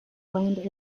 land